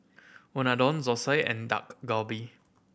Unadon Zosui and Dak Galbi